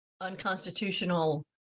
unconstitutional